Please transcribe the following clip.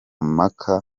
mpaka